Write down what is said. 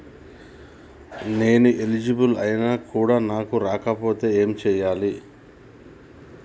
నేను ఎలిజిబుల్ ఐనా కూడా నాకు రాకపోతే ఏం చేయాలి?